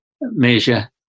measure